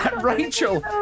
Rachel